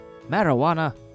marijuana